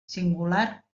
singular